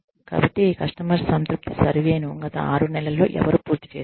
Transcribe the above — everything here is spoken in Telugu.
కాబట్టి కస్టమర్ సంతృప్తి సర్వేను గత ఆరు నెలల్లో ఎవరు పూర్తి చేశారు